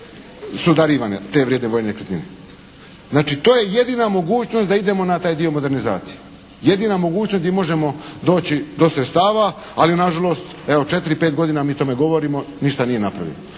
su darivane te vrijedne vojne nekretnine. Znači to je jedina mogućnost da idemo na taj dio modernizacije. Jedina mogućnost gdje možemo doći do sredstava, ali na žalost evo četiri-pet godina mi o tome govorimo, ništa nije napravljeno.